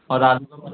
और